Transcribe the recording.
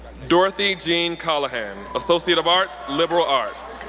dorothy jean callahan, associate of arts, liberal arts.